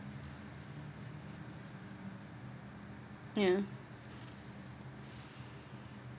ya